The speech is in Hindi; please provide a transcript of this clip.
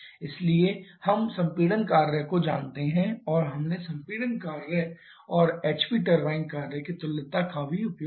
इसलिए हम संपीड़न कार्य को जानते हैं और हमने संपीड़न कार्य और HP टरबाइन कार्य की तुल्यता का भी उपयोग किया है